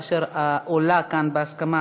שעולה כאן בהסכמה